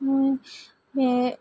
बे